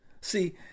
See